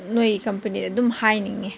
ꯅꯣꯏ ꯀꯝꯄꯅꯤꯗ ꯑꯗꯨꯝ ꯍꯥꯏꯅꯤꯡꯉꯦ